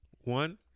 one